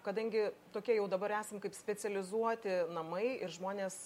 kadangi tokie jau dabar esam kaip specializuoti namai ir žmonės